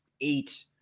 eight